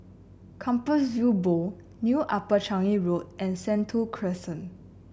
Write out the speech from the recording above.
Compassvale Bow New Upper Changi Road and Sentul Crescent